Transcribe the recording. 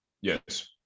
Yes